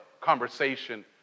conversation